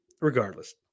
Regardless